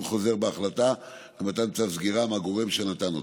חוזר בהחלטה למתן צו סגירה מהגורם שנתן אותו.